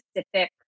specific